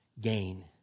gain